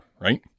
right